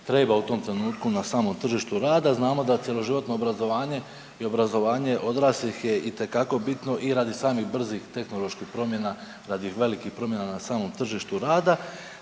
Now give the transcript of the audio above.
treba u tom trenutnu na samom tržištu rada. Znamo obrazovanje i obrazovanje odraslih je itekako bitno i radi samih brzih tehnoloških promjenama, radi velikih promjena na samom tržištu rada.